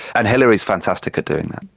and hilary is fantastic at doing that.